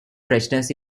freshness